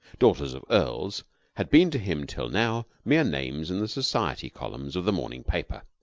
daughters of earls had been to him till now mere names in the society columns of the morning paper.